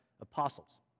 apostles